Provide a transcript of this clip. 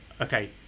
okay